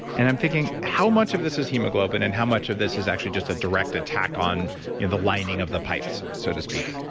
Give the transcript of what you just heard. and i'm thinking how much of this is hemoglobin and how much of this is actually just a direct attack on you know the lining of the pipes, so to speak?